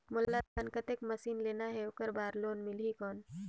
मोला धान कतेक मशीन लेना हे ओकर बार लोन मिलही कौन?